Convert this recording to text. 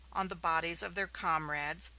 on the bodies of their comrades,